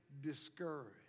discouraged